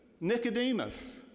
Nicodemus